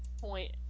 point